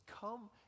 Come